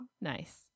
Nice